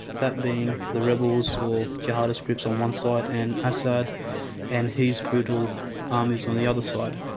that being the rebels or jihadist groups on one side and assad and his brutal armies on the other side.